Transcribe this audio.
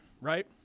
right